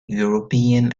european